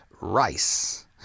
rice